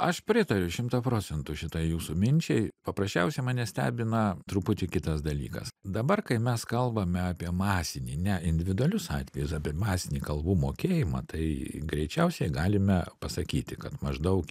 aš pritariu šimtą procentų šitai jūsų minčiai paprasčiausiai mane stebina truputį kitas dalykas dabar kai mes kalbame apie masinį ne individualius atvejus apie masinį kalbų mokėjimą tai greičiausiai galime pasakyti kad maždaug